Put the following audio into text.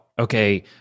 okay